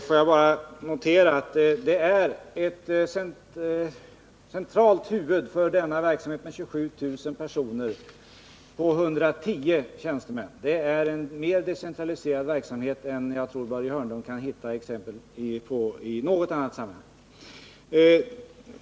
Får jag bara notera att för denna verksamhet med 27 000 personer finns ett centralt huvud på 110 tjänstemän. Det är en mer decentraliserad verksamhet än jag tror Börje Hörnlund kan hitta i något annat sammanhang.